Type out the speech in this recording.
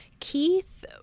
Keith